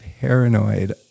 paranoid